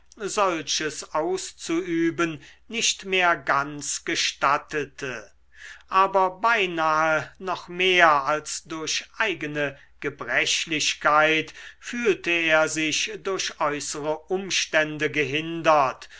solches auszuüben nicht mehr ganz gestattete aber beinahe noch mehr als durch eigene gebrechlichkeit fühlte er sich durch äußere umstände gehindert